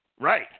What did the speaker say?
Right